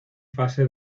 fase